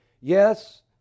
Yes